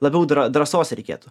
labiau drą drąsos reikėtų